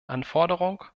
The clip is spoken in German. anforderung